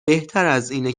بهترازاینه